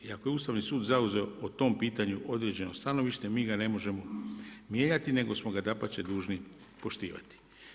I ako je Ustavni sud zauzeo po tom pitanju određeno stanovište, mi ga ne može mijenjati, nego smo ga dapače dužni poštivati.